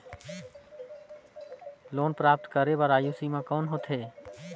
Loan प्राप्त करे बर आयु सीमा कौन होथे?